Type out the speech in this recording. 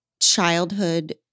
childhood